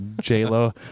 J-Lo